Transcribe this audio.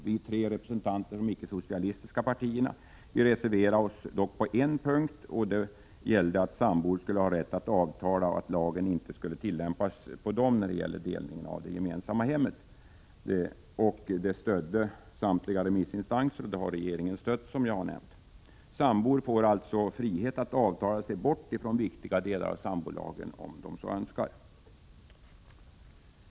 Vi tre representanter för de icke-socialistiska partierna reserverade oss dock på en punkt, där vi förordade rätt för sambor att avtala om att lagen inte skulle tillämpas på dem när det gällde delning av det gemensamma hemmet. Samtliga remissinstanser stödde oss reservanter, vilket även regeringen har gjort. Sambor får alltså frihet att avtala sig bort från viktiga delar av sambolagen, om de så önskar.